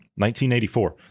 1984